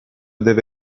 deve